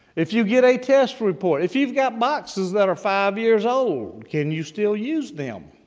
if you get a test report. if you've got boxes that are five years old, can you still use them?